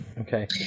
Okay